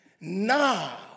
Now